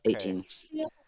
Eighteen